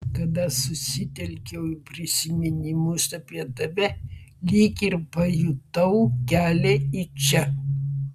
kada susitelkiau į prisiminimus apie tave lyg ir pajutau kelią į čia